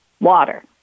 Water